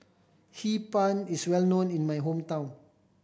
Hee Pan is well known in my hometown